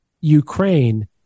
Ukraine